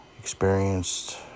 experienced